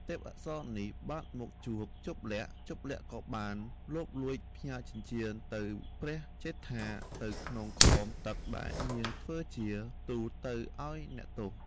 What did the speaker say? ទេពអប្សរនេះ បានមកជួបជប្បលក្សណ៍ ជប្បលក្សណ៍ក៏បានលបលួច ផ្ញើចិញ្ចៀនទៅព្រះជេដ្ឋានៅក្នុងក្អមទឹកដែលនាងធ្វើជាទូលទៅឱ្យអ្នកទោស។